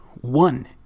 one